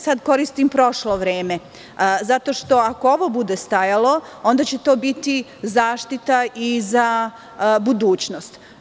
Sada koristim prošlo vreme zato što, ako ovo bude stajalo, onda će to biti zaštita i za budućnost.